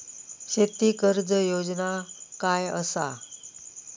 शेती कर्ज योजना काय असा?